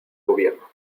gobierno